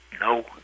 No